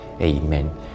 Amen